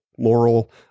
Moral